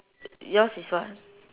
yours is what